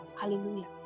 Hallelujah